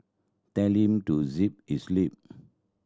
tell him to zip his lip